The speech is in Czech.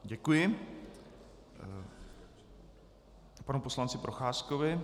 Děkuji panu poslanci Procházkovi.